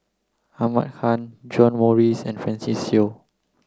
Ahmad Khan John Morrice and Francis Seow